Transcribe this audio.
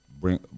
bring